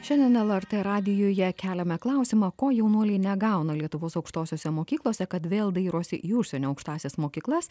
šiandien lrt radijuje keliame klausimą ko jaunuoliai negauna lietuvos aukštosiose mokyklose kad vėl dairosi į užsienio aukštąsias mokyklas